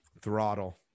Throttle